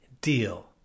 deal